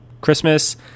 Christmas